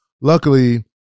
luckily